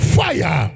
fire